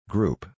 Group